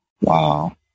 Wow